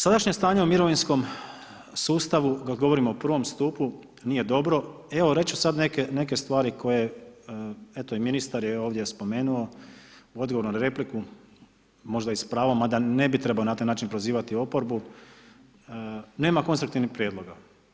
Sadašnje stanje u mirovinskom sustavu kad govorimo o prvom stupu nije dobro, evo reći ću sad neke stvari koje eto i ministar je ovdje spomenuo u odgovoru na repliku možda i s pravom mada ne bi trebao na taj način prozivati oporbu, nema konstruktivnih prijedloga.